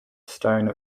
stone